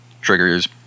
triggers